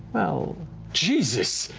well jesus!